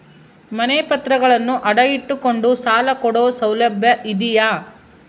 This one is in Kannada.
ಮನೆ ಪತ್ರಗಳನ್ನು ಅಡ ಇಟ್ಟು ಕೊಂಡು ಸಾಲ ಕೊಡೋ ಸೌಲಭ್ಯ ಇದಿಯಾ?